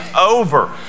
over